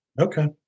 Okay